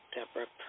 Deborah